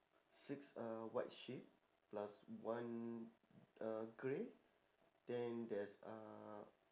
six uh white sheep plus one uh grey then there's uh